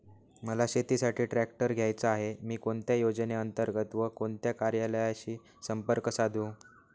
मला शेतीसाठी ट्रॅक्टर घ्यायचा आहे, मी कोणत्या योजने अंतर्गत व कोणत्या कार्यालयाशी संपर्क साधू?